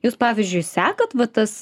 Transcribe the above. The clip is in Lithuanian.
jūs pavyzdžiui sekat va tas